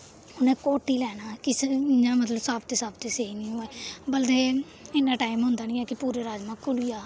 उ'नें घोट्टी लैना किस इ'यां मतलब साबते साबते सेही निं होऐ अव्वल ते इ'न्ना टाइम होंदा निं ऐ कि पूरे राजमांह् घुली जा